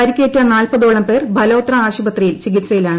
പരിക്കേറ്റ നാൽപതോളം പേർ ബലോത്ര ആശുപത്രിയിൽ ചികിൽസയിലാണ്